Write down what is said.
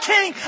King